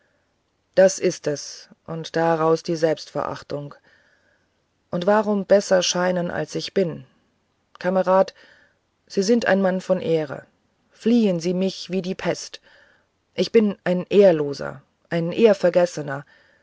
das ist es und daraus die selbstverachtung und warum besser scheinen als ich bin kamerad sie sind ein mann von ehre fliehen sie mich wie die pest ich bin ein ehrloser ein ehrvergessener